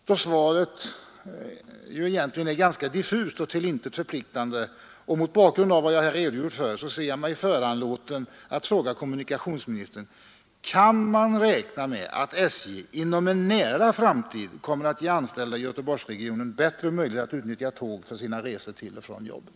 Då svaret är ganska diffust och till intet förpliktande och mot bakgrund av vad jag här redogjort för ser jag mig föranlåten att fråga kommunikationsministern: Kan man räkna med att SJ inom en nära framtid kommer att ge de anställda i Göteborgsregionen bättre möjligheter att utnyttja tåg för sina resor till och från arbetet?